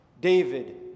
David